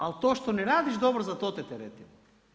Ali to što ne radiš dobro, za to te teretimo.